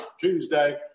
Tuesday